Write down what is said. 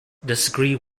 disagreed